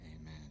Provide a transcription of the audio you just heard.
amen